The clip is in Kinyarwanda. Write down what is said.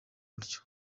buryo